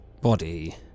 body